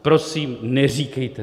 Prosím, neříkejte to.